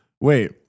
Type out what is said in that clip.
Wait